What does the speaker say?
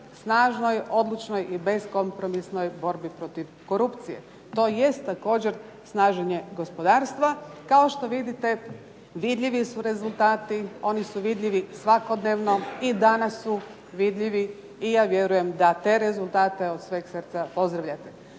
snažnoj, odlučnoj i beskompromisnoj borbi protiv korupcije. To jest također snaženje gospodarstva. Kao što vidite vidljivu su rezultati. Oni su vidljivi svakodnevno. I danas su vidljivi i ja vjerujem da te rezultate od sveg srca pozdravljate.